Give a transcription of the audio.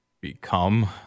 become